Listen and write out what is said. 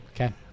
Okay